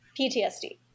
PTSD